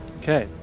okay